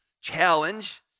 challenge